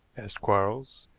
asked quarles.